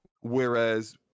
Whereas